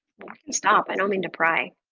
can stop, i don't mean to pry.